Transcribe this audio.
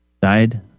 died